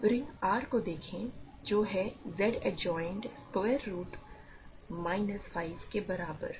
अब ring R को देखें जो है Z adjoined square root minus 5 के बराबर